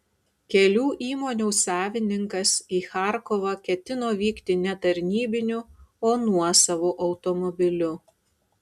kelių įmonių savininkas į charkovą ketino vykti ne tarnybiniu o nuosavu automobiliu